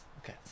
Okay